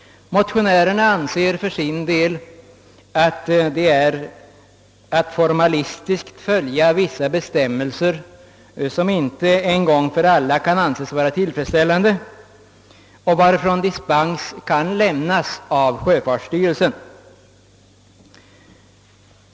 Motionärerna anser att detta är att formalistiskt följa vissa bestämmelser, som inte en gång för alla kan betraktas som tillfredsställande och från vilka dispens kan lämnas av sjöfartsstyrelsen.